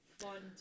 fun